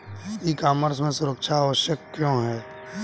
ई commerce में सुरक्षा आवश्यक क्यों है?